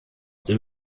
dem